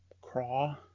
craw